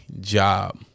job